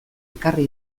ekarri